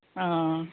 आं